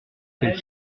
qu’elle